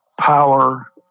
power